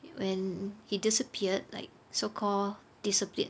when he disappeared like so call disappeared